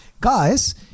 Guys